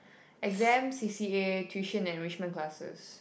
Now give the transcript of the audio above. exams C_C_A tuition and enrichment classes